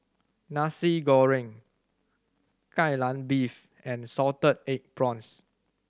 Nasi Goreng Kai Lan Beef and salted egg prawns